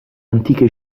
antiche